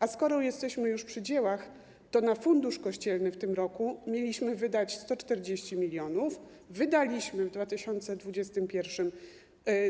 A skoro jesteśmy już przy dziełach, to na Fundusz Kościelny w tym roku mieliśmy wydać 140 mln, wydaliśmy w 2021 r.